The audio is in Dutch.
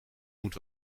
moet